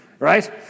right